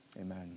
Amen